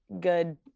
good